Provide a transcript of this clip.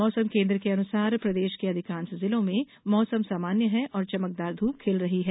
मौसम कोन्द्र के अनुसार प्रदेश के अधिकांश जिलों में मौसम सामान्य है और चमकदार धूप खिल रही है